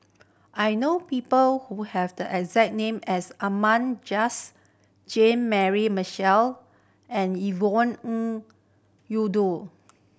I know people who have the exact name as Ahmad Jais Jean Mary Marshall and Yvonne Ng